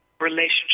relationship